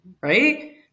Right